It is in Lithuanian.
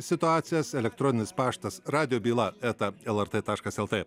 situacijas elektroninis paštas radijo byla eta lrt taškas lt